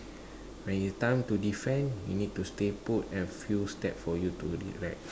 when you time to defend you need to stay put and few steps for you to relax